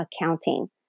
accounting